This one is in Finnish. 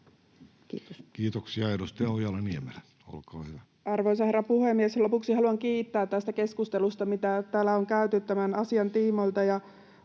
tarkastuksesta Time: 17:37 Content: Arvoisa herra puhemies! Lopuksi haluan kiittää tästä keskustelusta, mitä täällä on käyty tämän asian tiimoilta.